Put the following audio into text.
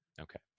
Okay